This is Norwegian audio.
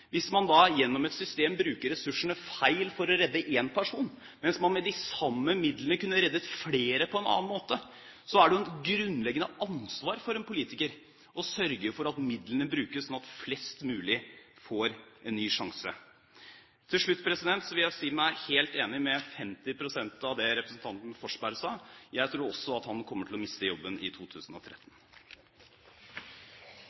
Hvis man gjennom et system bruker ressursene feil for å redde én person, mens man med de samme midlene kunne reddet flere på en annen måte, er det jo et grunnleggende ansvar for en politiker å sørge for at midlene brukes sånn at flest mulig får en ny sjanse. Til slutt vil jeg si meg helt enig i 50 pst. av det representanten Forsberg sa: Jeg tror også at han kommer til å miste jobben i 2013.